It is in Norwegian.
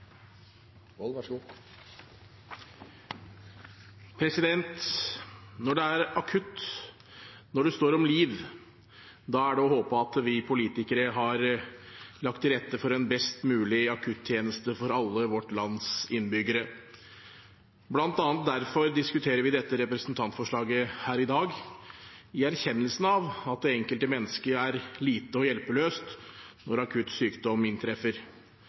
det å håpe at vi politikere har lagt til rette for en best mulig akuttjeneste for alle landets innbyggere. Blant annet derfor diskuterer vi dette representantforslaget her i dag – i erkjennelsen av at det enkelte mennesket er lite og hjelpeløst når akutt sykdom inntreffer